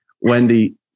Wendy